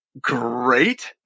great